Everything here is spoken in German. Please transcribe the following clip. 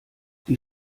die